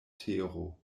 tero